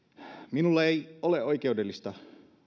minulla ei ole oikeudellista